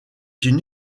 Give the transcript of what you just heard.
une